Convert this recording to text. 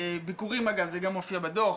ביקורים, אגב זה גם מופיע בדוח.